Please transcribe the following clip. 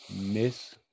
miss